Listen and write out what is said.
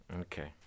Okay